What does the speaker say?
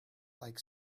like